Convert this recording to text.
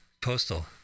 Postal